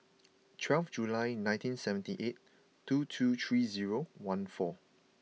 twelve July nineteen seventy eight two two three zero one four